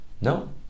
No